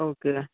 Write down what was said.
okay